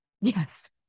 Yes